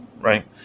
Right